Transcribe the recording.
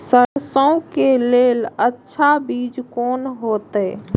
सरसों के लेल अच्छा बीज कोन होते?